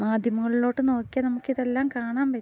മാധ്യമങ്ങളിലോട്ട് നോക്കിയാൽ നമുക്കിതെല്ലാം കാണാൻ പറ്റും